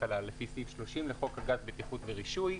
הכלכלה לפי סעיף 30 לחוק הגז (בטיחות ורישוי).